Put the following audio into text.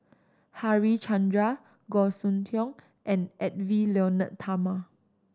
Harichandra Goh Soon Tioe and Edwy Lyonet Talma